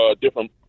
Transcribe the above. different